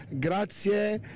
grazie